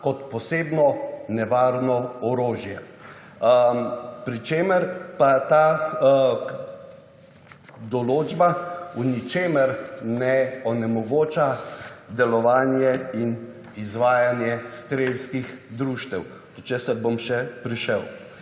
kot posebno nevarno orožje. Pri čemer pa ta določba v ničemer ne onemogoča delovanje in izvajanje strelskih društev, do česar bom še prišel.